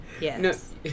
Yes